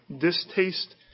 distaste